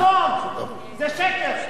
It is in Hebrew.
לא נכון, זה שקר.